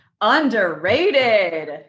underrated